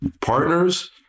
partners